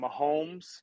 Mahomes